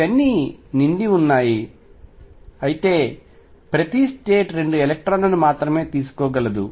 ఇవన్నీ నిండి ఉన్నాయి అయితే ప్రతి స్టేట్ 2 ఎలక్ట్రాన్లను మాత్రమే తీసుకోగలదు